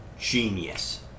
genius